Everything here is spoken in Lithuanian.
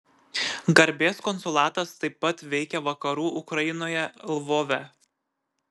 garbės konsulatas taip pat veikia vakarų ukrainoje lvove